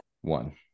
One